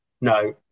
No